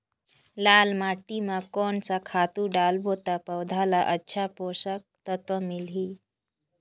लाल माटी मां कोन सा खातु डालब ता पौध ला अच्छा पोषक तत्व मिलही?